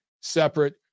separate